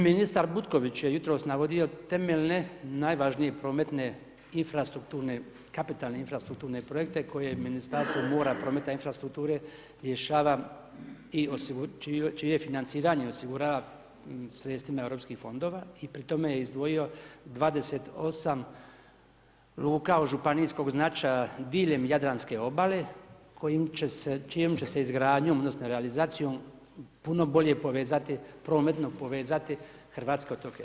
Ministar Butković je jutros navodio temeljne najvažnije prometne infrastrukturne, kapitalne infrastrukturne projekte koje je Ministarstvo mora, prometa, infrastrukture rješava i čije financiranje osigurava sredstvima europskih fondova i pri tome je izdvojio 28 luka od županijskog značaja diljem Jadranske obale čijom će se izgradnjom, odnosno realizacijom puno bolje povezati prometno povezati hrvatske otoke.